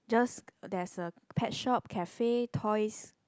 just there's a pet shop cafe toys